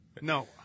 No